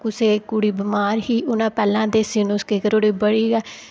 कुसै दी कुड़ी बमार ही उ'नें पैह्लें देसी नुस्खे करी ओड़े बड़ी गै